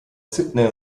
sydney